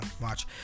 watch